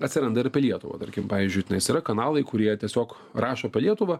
atsiranda ir apie lietuvą tarkim pavyzdžiui tenais yra kanalai kurie tiesiog rašo apie lietuvą